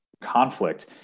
conflict